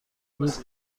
بود